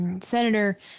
Senator